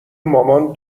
مامان